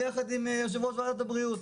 ביחד עם יושב ראש ועדת הבריאות.